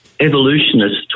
evolutionists